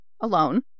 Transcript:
alone